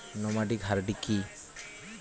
Nomadic হার্ডি কি?